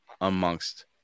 amongst